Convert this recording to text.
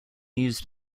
used